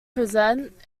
present